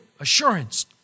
assurance